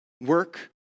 work